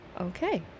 Okay